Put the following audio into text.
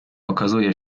okazuje